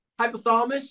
Hypothalamus